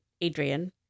Adrian